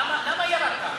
למה ירדת?